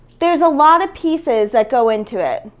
there's a lot of pieces that go into it.